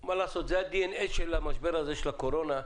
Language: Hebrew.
מה לעשות, זה הדי-אן-אי של משבר הקורונה,